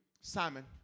Simon